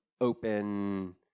open